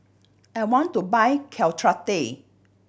I want to buy Caltrate